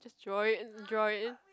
just draw it draw it